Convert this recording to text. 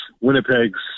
Winnipeg's